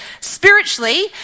spiritually